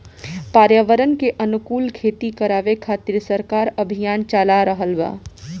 पर्यावरण के अनुकूल खेती करावे खातिर सरकार अभियान चाला रहल बा